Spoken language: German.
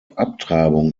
abtreibung